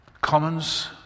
commons